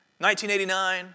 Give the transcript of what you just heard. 1989